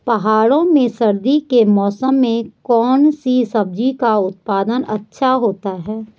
पहाड़ों में सर्दी के मौसम में कौन सी सब्जी का उत्पादन अच्छा होता है?